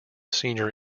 senior